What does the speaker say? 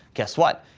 guess what?